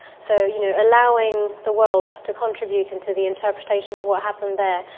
so you know, allowing the world to contribute into the interpretation of what happened there.